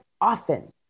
often